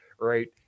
right